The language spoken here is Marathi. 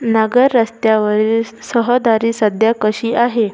नगर रस्त्यावरील स रहदारी सध्या कशी आहे